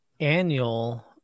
annual